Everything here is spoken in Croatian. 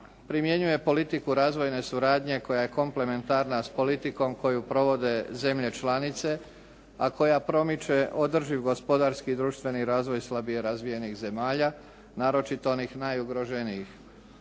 primjenjuje politiku razvojne suradnje koja je komplementarna sa politikom koju provode zemlje članice a koja promiče održiv gospodarski i društveni razvoj slabije razvijenih zemalja, naročito onih najugroženijih,